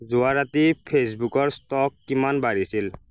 যোৱা ৰাতি ফেচবুকৰ ষ্টক কিমান বাঢ়িছিল